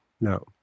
No